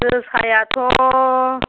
जोसायाथ'